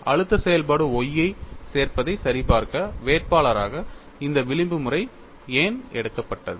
அழுத்த செயல்பாடு Y ஐ சேர்ப்பதை சரிபார்க்க வேட்பாளராக இந்த விளிம்பு முறை ஏன் எடுக்கப்பட்டது